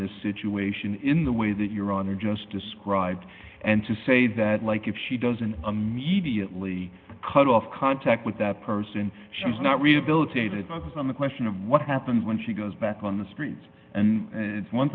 this situation in the way that your honor just described and to say that like if she doesn't immediately cut off contact with that person she's not rehabilitated because on the question of what happens when she goes back on the streets it's one